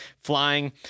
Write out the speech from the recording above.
flying